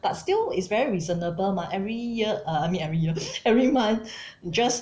but still it's very reasonable mah every year err I mean every year every month you just